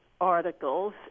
articles